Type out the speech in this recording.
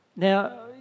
Now